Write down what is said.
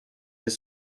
des